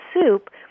soup